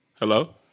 Hello